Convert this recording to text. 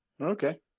Okay